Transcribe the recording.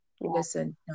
listen